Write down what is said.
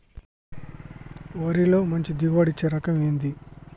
వరిలో మంచి దిగుబడి ఇచ్చే రకం ఏది?